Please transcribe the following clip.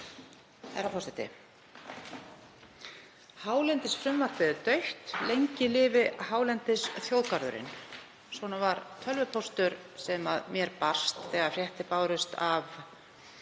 Herra forseti. Hálendisfrumvarpið er dautt, lengi lifi hálendisþjóðgarðurinn. Svona var tölvupóstur sem mér barst þegar fréttir bárust af afdrifum